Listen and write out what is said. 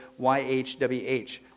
YHWH